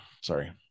sorry